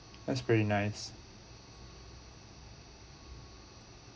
that's pretty nice